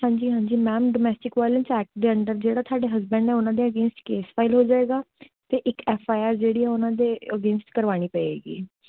ਹਾਂਜੀ ਹਾਂਜੀ ma'am domestic violence act ਦੇ ਅੰਡਰ ਜਿਹੜਾ ਤੁਹਾਡੇ ਹਸਬੈਂਡ ਹੈ ਉਹਨਾਂ ਦੇ ਅਗੇਨਜ਼਼ਟ ਕੇਸ ਫਾਈਲ ਹੋ ਜਾਵੇਗਾ ਅਤੇ ਇੱਕ ਐਫ ਆਈ ਆਰ ਜਿਹੜੀ ਹੈ ਉਹਨਾਂ ਦੇ ਅਗੇਨਜ਼ਟ ਕਰਵਾਉਣੀ ਪਵੇਗੀ